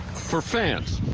for fans